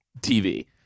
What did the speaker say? tv